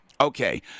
Okay